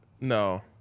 no